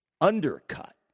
undercut